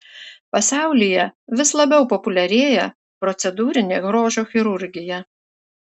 pasaulyje vis labiau populiarėja procedūrinė grožio chirurgija